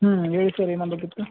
ಹ್ಞೂ ಹೇಳಿ ಸರ್ ಏನಾಗಬೇಕಿತ್ತು